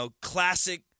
classic